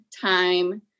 time